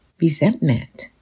resentment